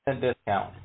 discount